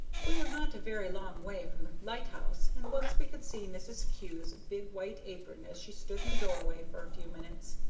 we were not a very long way from the lighthouse, and once we could see mrs. kew's big white apron as she stood in the doorway for a few minutes.